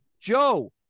Joe